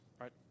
right